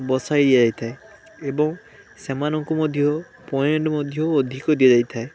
ବସାଇ ଦିଆଯାଇଥାଏ ଏବଂ ସେମାନଙ୍କୁ ମଧ୍ୟ ପଏଣ୍ଟ ମଧ୍ୟ ଅଧିକ ଦିଆଯାଇଥାଏ